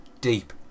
deep